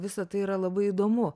visa tai yra labai įdomu